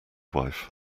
wife